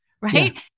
Right